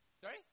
Sorry